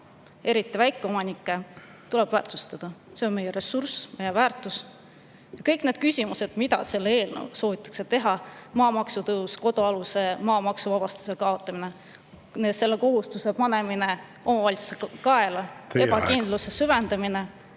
eriti väikeomanikke tuleb väärtustada. See on meie ressurss, väärtus. Kõik need sammud, mida selle eelnõuga soovitakse teha – maamaksu tõus, kodualuse maa maksuvabastuse kaotamine, selle kohustuse panemine omavalitsuste kaela, ebakindluse süvendamine